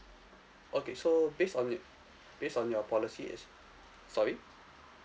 okay so based on it based on your policy it's sorry